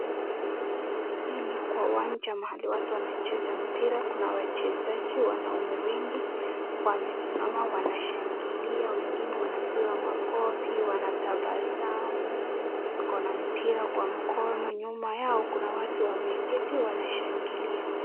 Hii ni kwa uwanja mahali watu wanacheza mpira , kuna wachezaji wanaume wengi wanasimama wanashangilia ,wengine wanapiga makofi wanatabasamu , wakona mpira kwa mkono nyuma yao kuna watu wameketi wanashangilia .